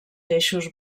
eixos